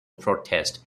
protest